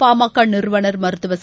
பா ம க நிறுவனர் மருத்துவர் ச